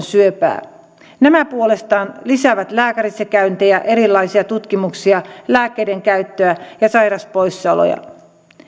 syöpää nämä puolestaan lisäävät lääkärissäkäyntejä erilaisia tutkimuksia lääkkeiden käyttöä ja sairauspoissaoloja